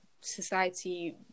society